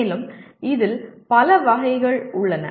மேலும் இதில் பல வகைகள் உள்ளன